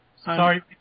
Sorry